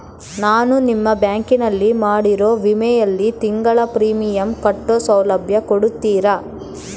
ನಾನು ನಿಮ್ಮ ಬ್ಯಾಂಕಿನಲ್ಲಿ ಮಾಡಿರೋ ವಿಮೆಯಲ್ಲಿ ತಿಂಗಳ ಪ್ರೇಮಿಯಂ ಕಟ್ಟೋ ಸೌಲಭ್ಯ ಕೊಡ್ತೇರಾ?